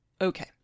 Okay